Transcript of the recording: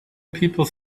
people